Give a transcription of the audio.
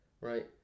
Right